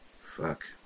Fuck